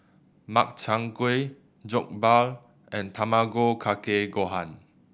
Makchang Gui Jokbal and Tamago Kake Gohan